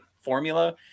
formula